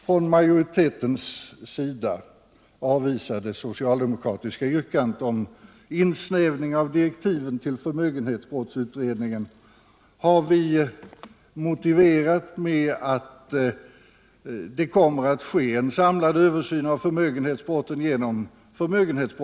Från majoritetens sida har vi avvisat det socialdemokratiska yrkandet om insnävning av direktiven till förmögenhetsbrottsutredningen, och vi har motiverat det med att det kommer att ske en samlad översyn av förmögenhetsbrotten genom denna utredning.